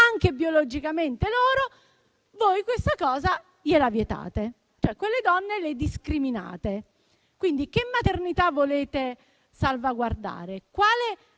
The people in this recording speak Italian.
anche biologicamente loro, questa cosa la vietate, Quelle donne le discriminate. Quindi, che maternità volete salvaguardare? Come